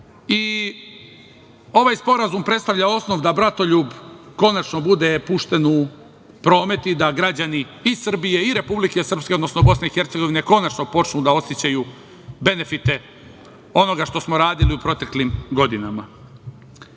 Ovaj sporazum predstavlja osnov da Bratoljub konačno bude pušten u promet i da građani i Srbije i Republike Srpske, odnosno BiH konačno počnu da osećaju benefite onoga što smo radili u proteklim godinama.Međutim,